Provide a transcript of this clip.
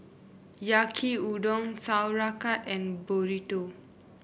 Yaki Udon Sauerkraut and Burrito